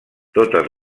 totes